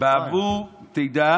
"בעבור תדע